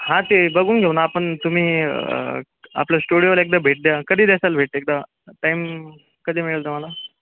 हां ते बघून घेऊ ना आपण तुम्ही आपलं स्टुडिओला एकदा भेट द्या कधी देसाल भेट एकदा टाईम कधी मिळेल तुम्हाला